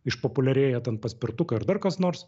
išpopuliarėję ten paspirtukai ar dar kas nors